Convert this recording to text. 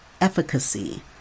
efficacy